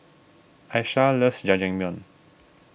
Aisha loves Jajangmyeon